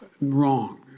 wrong